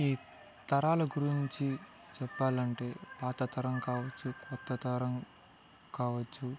ఈ తరాలు గురించి చెప్పాలంటే పాత తరం కావచ్చు కొత్త తరం కావచ్చు